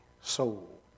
soul